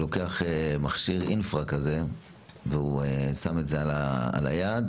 הוא לוקח מכשיר אינפרא ושם אותו על היד,